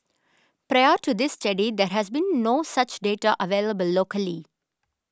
prior to this study there has been no such data available locally